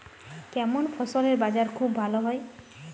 কেমন ফসলের বাজার খুব ভালো হয়?